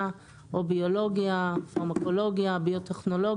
הפעימה הראשונה נכנסה לתוקף ביוני האחרון.